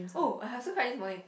oh I also cried this morning